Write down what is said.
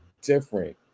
different